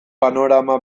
panorama